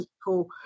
people